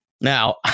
Now